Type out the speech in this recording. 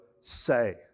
say